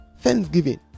thanksgiving